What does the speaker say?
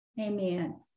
Amen